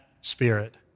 spirit